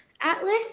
Atlas